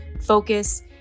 focus